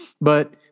But-